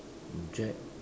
object